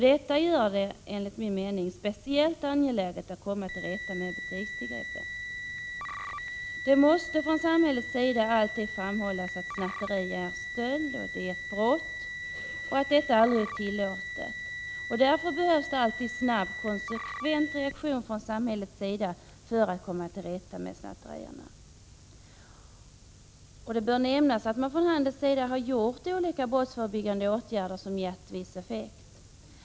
Detta gör det — enligt min mening — speciellt angeläget att komma till rätta med butikstillgreppen. Det måste från samhällets sida alltid framhållas att snatteri är detsamma som stöld, dvs. ett brott som aldrig är tillåtet. Därför behövs en snabb och konsekvent reaktion från samhällets sida för att man skall komma till rätta med snatterierna. Det bör nämnas att man från handelns sida har vidtagit olika brottsförebyggande åtgärder, som gett viss effekt.